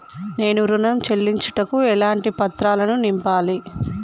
నేను ఋణం చెల్లించుటకు ఎలాంటి పత్రాలను నింపాలి?